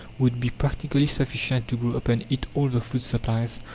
would be practically sufficient to grow upon it all the food supplies,